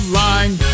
line